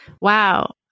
Wow